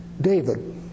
David